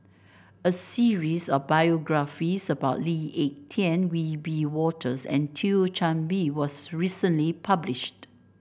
a series of biographies about Lee Ek Tieng Wiebe Wolters and Thio Chan Bee was recently published